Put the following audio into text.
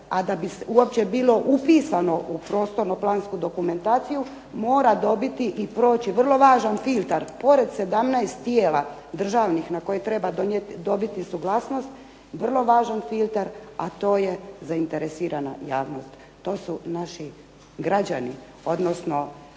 a da bi uopće bilo upisano u prostorno plansku dokumentaciju mora dobiti i proći vrlo važan filtar pored 17 tijela državnih na koje treba dobiti suglasnost, vrlo važan filter, a to je zainteresirana javnost. To su naši građani, odnosno